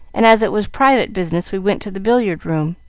and as it was private business we went to the billiard-room.